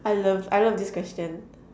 I love I love this question